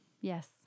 Yes